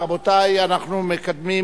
רבותי, אנחנו מקדמים